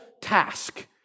task